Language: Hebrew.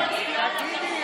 אבל היא משקרת.